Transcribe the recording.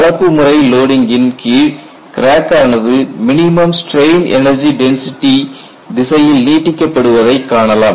கலப்பு முறை லோடிங்கின் கீழ் கிராக் ஆனது மினிமம் ஸ்ட்ரெயின் எனர்ஜி டென்சிட்டி திசையில் நீட்டிக்க படுவதை காணலாம்